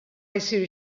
jsir